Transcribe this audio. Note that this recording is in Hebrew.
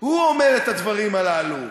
הוא אומר את הדברים הללו.